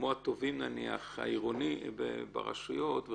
כמו התובעים העירוניים ברשויות,